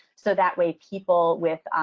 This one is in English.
so that way, people with,